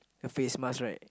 a face mask right